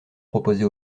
proposées